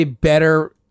better